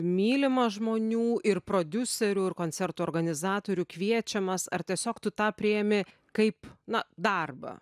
mylimas žmonių ir prodiuserių ir koncertų organizatorių kviečiamas ar tiesiog tu tą priėmi kaip na darbą